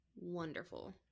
wonderful